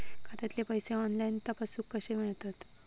खात्यातले पैसे ऑनलाइन तपासुक कशे मेलतत?